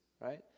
right